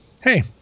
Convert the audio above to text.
hey